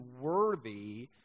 worthy